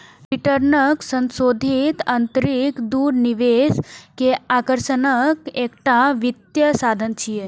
रिटर्नक संशोधित आंतरिक दर निवेश के आकर्षणक एकटा वित्तीय साधन छियै